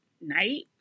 night